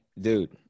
dude